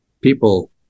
people